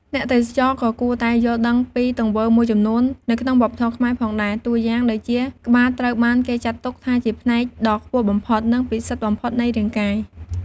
អ្នកទេសចរក៏គួរតែយល់ដឹងពីទង្វើមួយចំនួននៅក្នុងវប្បធម៌ខ្មែរផងដែរ តួយ៉ាងដូចជាក្បាលត្រូវបានគេចាត់ទុកថាជាផ្នែកដ៏ខ្ពស់បំផុត និងពិសិដ្ឋបំផុតនៃរាងកាយ។